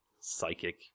psychic